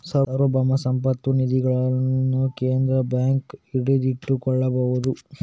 ಸಾರ್ವಭೌಮ ಸಂಪತ್ತು ನಿಧಿಗಳನ್ನು ಕೇಂದ್ರ ಬ್ಯಾಂಕ್ ಹಿಡಿದಿಟ್ಟುಕೊಳ್ಳಬಹುದು